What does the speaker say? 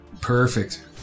Perfect